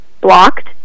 blocked